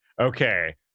okay